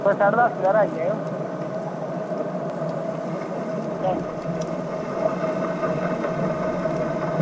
कोई दस साड्ढे दस बजे हारे आई जाएओ चंगा